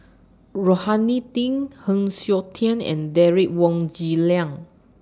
Rohani Din Heng Siok Tian and Derek Wong Zi Liang